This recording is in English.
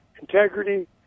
integrity